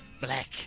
Black